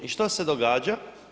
I što se događa?